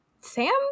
Sam